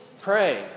Pray